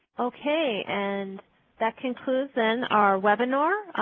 okay, and that concludes, then, our webinar.